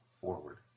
forward